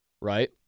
right